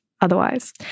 otherwise